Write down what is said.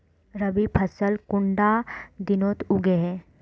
रवि फसल कुंडा दिनोत उगैहे?